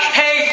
hey